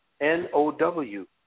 N-O-W